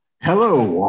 Hello